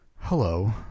hello